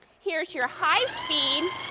here is your high speed